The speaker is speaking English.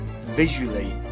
Visually